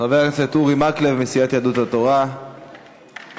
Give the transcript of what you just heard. חבר הכנסת אורי מקלב מסיעת יהדות התורה, בבקשה.